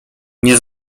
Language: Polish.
nie